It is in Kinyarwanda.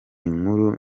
nkuru